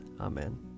Amen